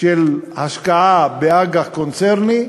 של השקעה באג"ח קונצרני.